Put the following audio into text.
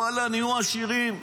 ואללה, נהיו עשירים.